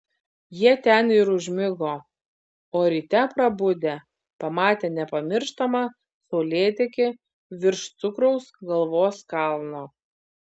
jie ten ir užmigo o ryte prabudę pamatė nepamirštamą saulėtekį virš cukraus galvos kalno